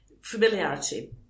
familiarity